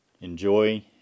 Enjoy